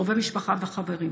קרובי משפחה וחברים.